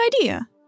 idea